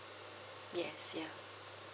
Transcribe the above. yes yeah